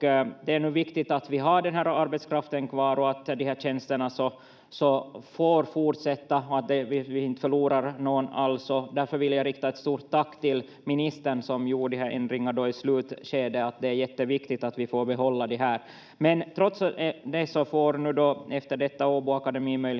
det är nu viktigt att vi har den här arbetskraften kvar och att de här tjänsterna får fortsätta och att vi inte förlorar någon alls. Därför vill jag rikta ett stort tack till ministern som gjorde de här ändringarna i slutskedet. Det är jätteviktigt att vi får behålla de här. Men trots det får nu Åbo Akademi efter detta möjlighet